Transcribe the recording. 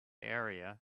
area